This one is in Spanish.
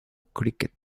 cricket